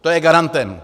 To je garantem.